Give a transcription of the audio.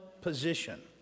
position